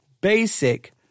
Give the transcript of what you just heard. basic